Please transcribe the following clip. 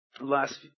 last